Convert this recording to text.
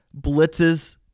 blitzes